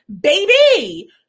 Baby